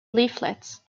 leaflets